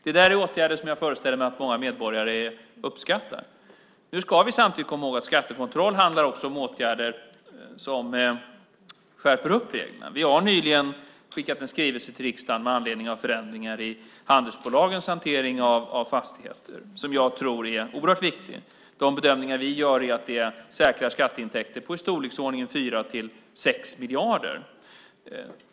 Det är åtgärder som jag föreställer mig att många medborgare uppskattar. Samtidigt ska vi komma ihåg att skattekontroll även handlar om åtgärder som skärper upp reglerna. Vi har nyligen skickat en skrivelse till riksdagen med anledning av förändringar i handelsbolagens hantering av fastigheter, något som jag tror är oerhört viktigt. De bedömningar vi gör är att det säkrar skatteintäkter på i storleksordningen 4-6 miljarder.